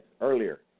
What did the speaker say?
earlier